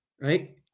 Right